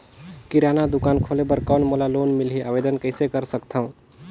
किराना दुकान खोले बर कौन मोला लोन मिलही? आवेदन कइसे कर सकथव?